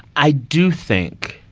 i do think